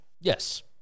Yes